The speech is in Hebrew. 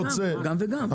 גם וגם.